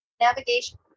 Navigation